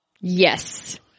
yes